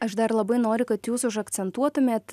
aš dar labai noriu kad jūs užakcentuotumėt